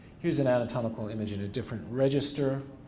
here's an anatomical image in a different register,